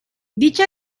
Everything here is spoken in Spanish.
dicha